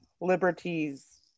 liberties